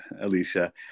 Alicia